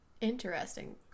Interesting